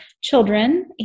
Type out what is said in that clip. children